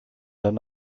dann